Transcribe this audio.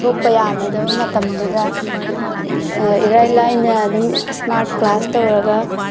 ꯊꯣꯛꯄ ꯌꯥꯅꯗꯕ ꯃꯇꯝꯗꯨꯗ ꯏꯔꯥꯏ ꯂꯥꯏꯅ ꯑꯗꯨꯝ ꯏꯁꯃꯥꯔꯠ ꯀ꯭ꯂꯥꯁ ꯇꯧꯔꯒ